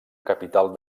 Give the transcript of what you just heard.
capital